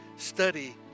study